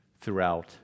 throughout